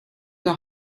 der